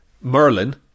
Merlin